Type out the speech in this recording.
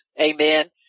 Amen